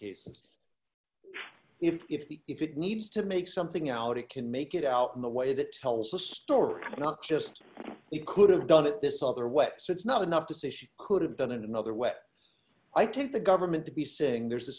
cases if the if it needs to make something out it can make it out in the way that tells the story not just it could have done it this other websites not enough to say she could have done it another way i take the government to be saying there's a